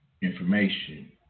information